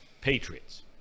Patriots